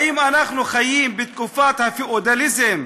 האם אנחנו חיים בתקופת הפיאודליזם,